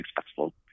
successful